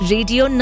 Radio